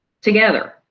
together